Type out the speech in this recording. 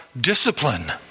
discipline